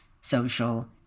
social